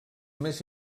més